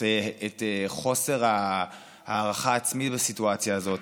את חוסר ההערכה העצמית בסיטואציה הזאת,